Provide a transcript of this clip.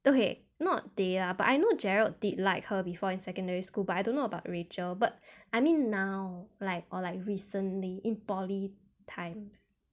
okay not they lah but I know gerald did like her before in secondary school but I don't know about rachel but I mean now like or like recently in poly times